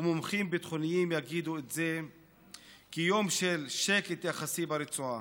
ומומחים ביטחוניים יגדירו אותו כיום של שקט יחסי ברצועה,